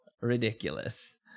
ridiculous